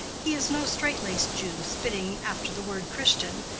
he is no straight-laced jew, spitting after the word christian,